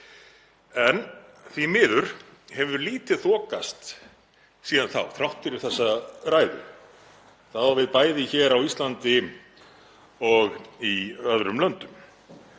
Því miður hefur lítið þokast síðan þá, þrátt fyrir þessa ræðu, og það á við bæði á Íslandi og í öðrum löndum.